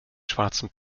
schwarzen